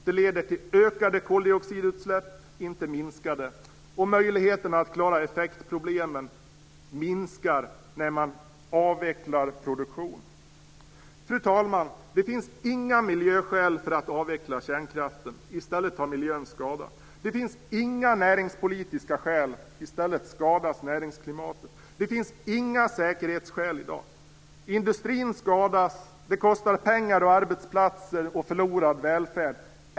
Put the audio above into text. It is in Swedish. Det leder till ökade koldioxidutsläpp, inte minskade. Och möjligheterna att klara effektproblemen minskar när man avvecklar produktion. Fru talman! Det finns inga miljöskäl för att avveckla kärnkraften. I stället tar miljön skada. Det finns inga näringspolitiska skäl. I stället skadas näringsklimatet. Det finns inga säkerhetsskäl i dag. Industrin skadas. Det kostar pengar och arbetsplatser och förlorad välfärd.